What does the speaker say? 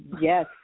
Yes